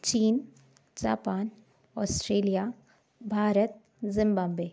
चीन Japan Australia Bharat Zimbabwe